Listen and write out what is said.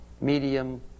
medium